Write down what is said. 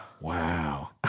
Wow